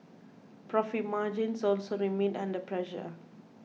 profit margins also remained under pressure